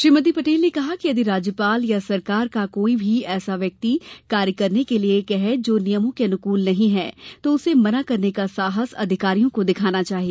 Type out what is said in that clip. श्रीमती पटेल ने कहा कि यदि राज्यपाल या सरकार का कोई व्यक्ति ऐसा कार्य करने के लिए कहे जो नियमों के अनुकूल नहीं हो तो उसे मना करने का साहस अधिकारियों को दिखाना चाहिए